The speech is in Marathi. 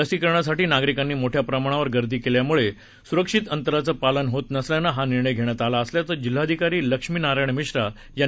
लसीकरणासाठी नागरिकांनी मोठ्या प्रमाणावर गर्दी केल्यामुळे सुरक्षित अंतराचं पालन होत नसल्यानं हा निर्णय घेण्यात आला असल्याचं जिल्हाधिकारी लक्ष्मीनारायण मिश्रा यांनी सांगितलं